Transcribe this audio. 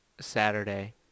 Saturday